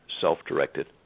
self-directed